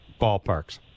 ballparks